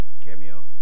cameo